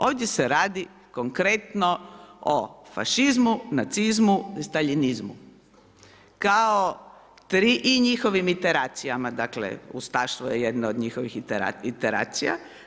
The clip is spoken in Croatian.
Ovdje se radi konkretno o fašizmu, nacizmu i staljinizmu, i njihovim iteracijama, dakle, ustaštvo je jedno od njihovih iteracija.